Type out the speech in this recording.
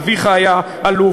אביך היה אלוף,